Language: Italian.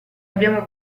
abbiamo